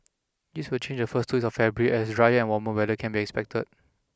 this will change in the first two weeks of February as drier and warmer weather can be expected